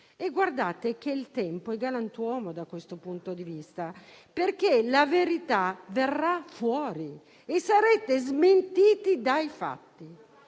e guardate che il tempo è galantuomo da questo punto di vista. La verità infatti verrà fuori e sarete smentiti dai fatti.